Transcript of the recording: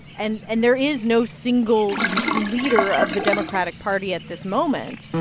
and and there is no single leader of the democratic party at this moment.